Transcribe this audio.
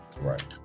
Right